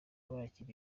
bakira